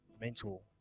mental